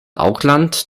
auckland